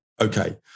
Okay